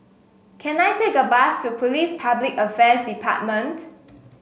can I take a bus to Police Public Affairs Department